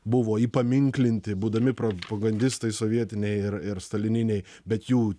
buvo įpaminklinti būdami propagandistai sovietiniai ir ir stalininiai bet jų